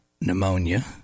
pneumonia